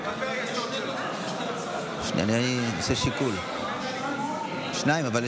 אדוני היושב-ראש, חברי